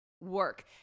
work